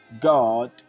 God